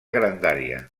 grandària